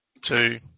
Two